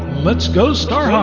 let's go star um